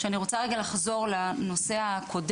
עכשיו אני רוצה רגע לחזור לנושא הקודם,